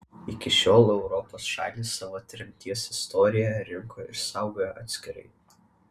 iki šiol europos šalys savo tremties istoriją rinko ir saugojo atskirai